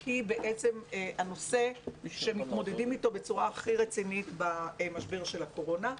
שהיא הנושא שמתמודדים איתו בצורה הכי רצינית במשבר של הקורונה.